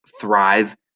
thrive